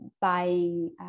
buying